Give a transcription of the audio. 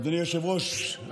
אדוני היושב-ראש,